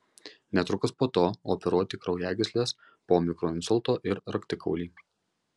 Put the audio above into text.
netrukus po to operuoti kraujagysles po mikroinsulto ir raktikaulį